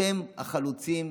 אתם החלוצים,